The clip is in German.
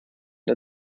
der